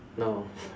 no